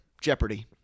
Jeopardy